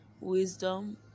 wisdom